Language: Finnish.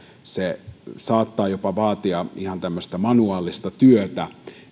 se saattaa vaatia jopa ihan manuaalista työtä